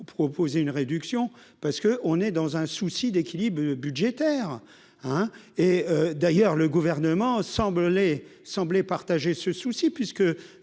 proposer une réduction parce que on est dans un souci d'équilibre budgétaire, hein, et d'ailleurs, le gouvernement semble les semblait partager ce souci puisque